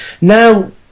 Now